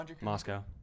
Moscow